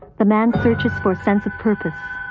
the man searches for a sense of purpose.